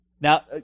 Now